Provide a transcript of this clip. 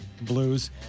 Blues